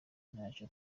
ntacyo